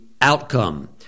outcome